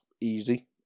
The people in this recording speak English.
easy